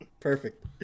Perfect